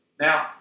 Now